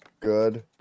Good